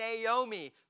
Naomi